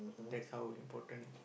that's how we important